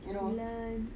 mulan